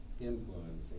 influencing